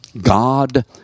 God